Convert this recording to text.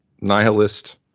nihilist